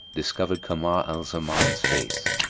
discovered kamar al-zaman's face.